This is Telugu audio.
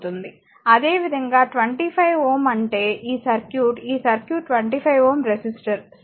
అదేవిధంగా 25 Ω అంటే ఈ సర్క్యూట్ ఈ సర్క్యూట్ 25 Ω రెసిస్టర్ సరే